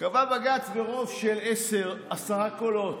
קבע בג"ץ ברוב של עשרה קולות,